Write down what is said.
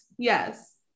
Yes